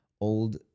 old